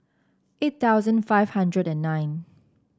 eight thousand five hundred and nine